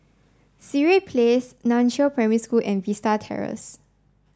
Sireh Place Nan Chiau Primary School and Vista Terrace